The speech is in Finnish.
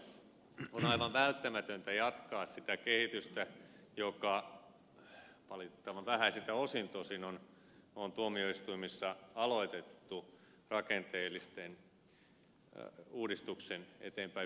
näin ollen on aivan välttämätöntä jatkaa sitä kehitystä joka valitettavan vähäisiltä osin tosin on tuomioistuimissa aloitettu rakenteellisten uudistuksien eteenpäinviemiseksi